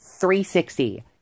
360